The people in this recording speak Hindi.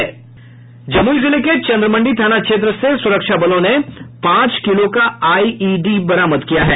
जमुई जिले के चंद्रमंडी थाना क्षेत्र से सुरक्षा बलों ने पांच किलो का आईईडी बरामद किया है